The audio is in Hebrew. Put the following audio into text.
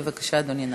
בבקשה, אדוני.